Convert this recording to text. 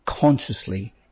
consciously